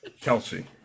Kelsey